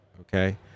Okay